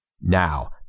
Now